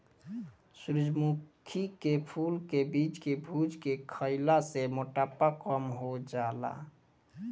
सूरजमुखी के फूल के बीज के भुज के खईला से मोटापा कम हो जाला